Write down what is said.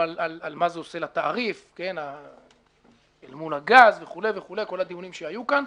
מה זה עושה לתעריף מול הגז וכו' וכו' כל הדיונים שהיו כאן.